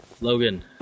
Logan